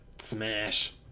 Smash